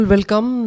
Welcome